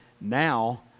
now